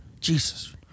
Jesus